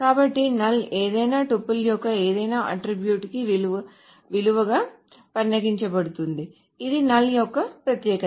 కాబట్టి null ఏదైనా tuple యొక్క ఏదైనా అట్ట్రిబ్యూట్ కి విలువగా పరిగణించబడుతుంది ఇది null యొక్క ప్రత్యేకత